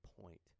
point